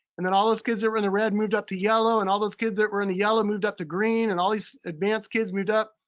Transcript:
and then all those kids that were in the red moved up to the yellow, and all those kids that were in the yellow moved up to green. and all these advanced kids moved up.